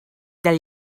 del